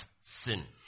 sin